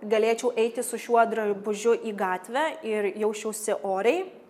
galėčiau eiti su šiuo drabužiu į gatvę ir jausčiausi oriai